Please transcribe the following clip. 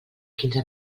quinze